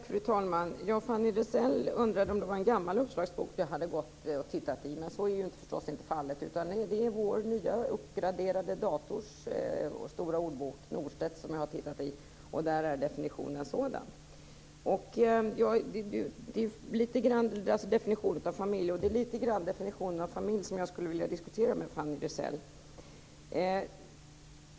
Fru talman! Fanny Rizell undrade om det var en gammal uppslagsbok jag hade tittat i. Men så är förstås inte fallet. Det är Norstedts stora svenska ordbok i vår nya uppgraderade dator som jag har tittat i, och där är definitionen av ordet familj sådan. Det är lite grann definitionen av en familj som jag skulle vilja diskutera med Fanny Rizell.